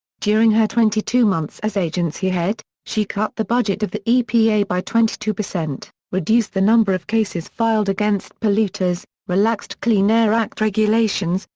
during her twenty two months as agency head, she cut the budget of the epa by twenty two, reduced the number of cases filed against polluters, relaxed clean air act regulations,